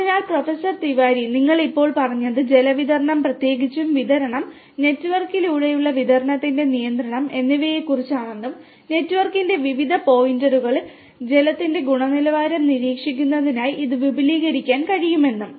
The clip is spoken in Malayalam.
അതിനാൽ പ്രൊഫസർ തിവാരി നിങ്ങൾ ഇപ്പോൾ പറഞ്ഞത് ജലവിതരണം പ്രത്യേകിച്ചും വിതരണം നെറ്റ്വർക്കിലൂടെയുള്ള വിതരണത്തിന്റെ നിയന്ത്രണം എന്നിവയെക്കുറിച്ചാണെന്നും നെറ്റ്വർക്കിന്റെ വിവിധ പോയിന്റുകളിൽ ജലത്തിന്റെ ഗുണനിലവാരം നിരീക്ഷിക്കുന്നതിനായി ഇത് വിപുലീകരിക്കാൻ കഴിയുമെന്നും